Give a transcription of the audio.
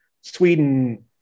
Sweden